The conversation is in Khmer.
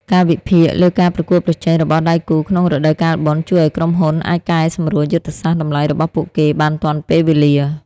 ការវិភាគលើការប្រកួតប្រជែងរបស់ដៃគូក្នុងរដូវកាលបុណ្យ ជួយឱ្យក្រុមហ៊ុនអាចកែសម្រួលយុទ្ធសាស្ត្រតម្លៃរបស់ពួកគេបានទាន់ពេលវេលា។